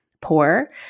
poor